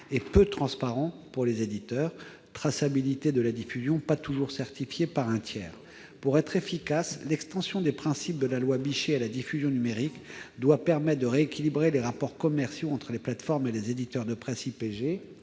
-et peu transparents pour les éditeurs- la traçabilité de la diffusion n'est pas toujours certifiée par un tiers. Pour être efficace, l'extension des principes de la loi Bichet à la diffusion numérique doit permettre de rééquilibrer les rapports commerciaux entre les plateformes et les éditeurs de la presse IPG